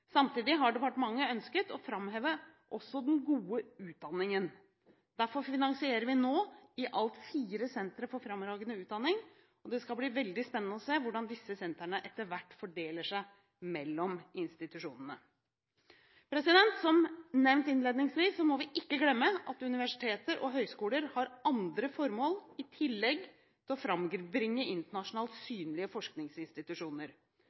Samtidig har departementet ønsket å framheve også den gode utdanningen. Derfor finansierer vi nå i alt fire sentre for fremragende utdanning. Det skal bli veldig spennende å se hvordan disse sentrene etter hvert fordeler seg mellom institusjonene. Som nevnt innledningsvis må vi ikke glemme at universiteter og høyskoler har andre formål i tillegg til å frambringe internasjonalt